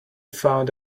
found